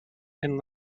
and